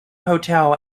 hotel